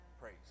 Praise